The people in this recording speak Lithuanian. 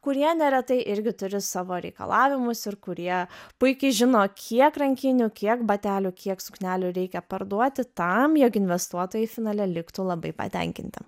kurie neretai irgi turi savo reikalavimus ir kurie puikiai žino kiek rankinių kiek batelių kiek suknelių reikia parduoti tam jog investuotojai finale liktų labai patenkinti